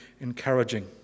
encouraging